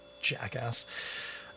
Jackass